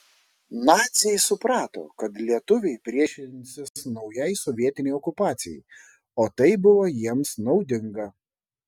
naciai suprato kad lietuviai priešinsis naujai sovietinei okupacijai o tai buvo jiems naudinga